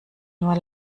nur